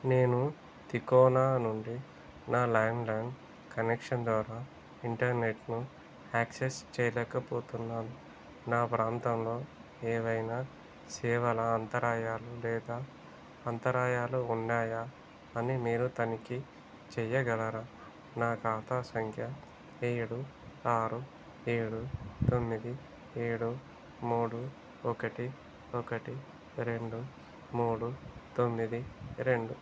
నేను తికోనా నుండి నా ల్యాండ్లైన్ కనెక్షన్ ద్వారా ఇంటర్నెట్ను యాక్సెస్ చేయలేకపోతున్నాను నా ప్రాంతంలో ఏవైనా సేవల అంతరాయాలు లేదా అంతరాయాలు ఉన్నాయా అని మీరు తనిఖీ చేయగలరా నా ఖాతా సంఖ్య ఏడు ఆరు ఏడు తొమ్మిది ఏడు మూడు ఒకటి ఒకటి రెండు మూడు తొమ్మిది రెండు